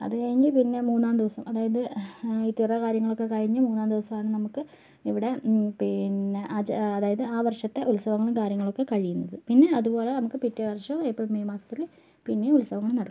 അതുകഴിഞ്ഞ് പിന്നെ മൂന്നാം ദിവസം അതായത് ഈ തിറ കാര്യങ്ങളൊക്കെ കഴിഞ്ഞ് മൂന്നാം ദിവസമാണ് നമുക്ക് ഇവിടെ പിന്നെ ആജ അതായത് ആ വർഷത്തെ ഉത്സവങ്ങളും കാര്യങ്ങളും ഒക്കെ കഴിയുന്നത് പിന്നെ അതുപോലെ നമുക്ക് പിറ്റേ വർഷം ഏപ്രിൽ മെയ് മാസത്തില് പിന്നേയും ഉത്സവങ്ങൾ നടക്കും